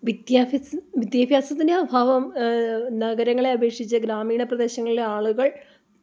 വിദ്യാഭ്യസം വിദ്യാഭ്യാസത്തിൻ്റെ അഭാവം നഗരങ്ങളെ അപേക്ഷിച്ച് ഗ്രാമീണ പ്രദേശങ്ങളിലെ ആളുകൾ